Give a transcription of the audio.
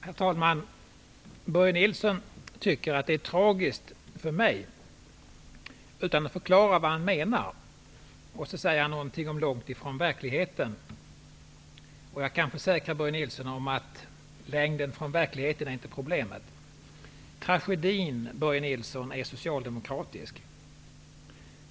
Herr talman! Börje Nilsson tycker att något är tragiskt för mig, utan att förklara vad han menar. Han lägger också till något om ''mycket långt ifrån verkligheten''. Jag kan försäkra Börje Nilsson att avståndet från verkligheten inte är problemet. Tragedin är socialdemokratisk, Börje Nilsson.